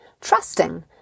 Trusting